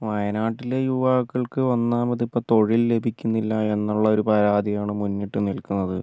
വയനാട്ടിലെ യുവാക്കൾക്ക് ഒന്നാമത് ഇപ്പം തൊഴിൽ ലഭിക്കുന്നില്ല എന്നുള്ളൊരു പരാതിയാണ് മുന്നിട്ട് നിൽക്കുന്നത്